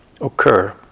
occur